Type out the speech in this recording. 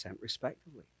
respectively